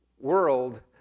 world